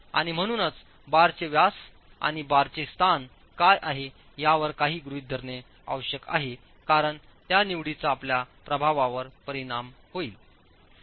आणि म्हणूनच बारचे व्यास आणि बारचे स्थान काय आहे यावर काही गृहित धरणे आवश्यक आहे कारण त्या निवडीचा आपल्या प्रभावावर परिणाम होईल